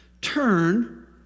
turn